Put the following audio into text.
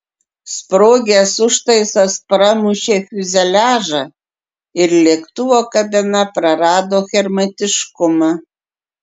sprogęs užtaisas pramušė fiuzeliažą ir lėktuvo kabina prarado hermetiškumą